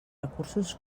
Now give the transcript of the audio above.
recursos